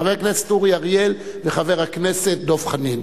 חבר הכנסת אורי אריאל וחבר הכנסת דב חנין.